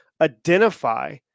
identify